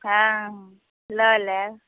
हँ लऽ लेब